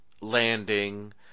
landing